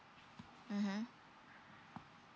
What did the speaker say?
mmhmm